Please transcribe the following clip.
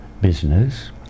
business